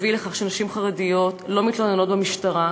מביא לכך שנשים חרדיות לא מתלוננות במשטרה,